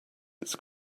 its